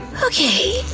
okay,